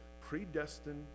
predestined